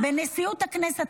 -- בנשיאות הכנסת,